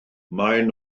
maen